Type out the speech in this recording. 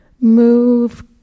Move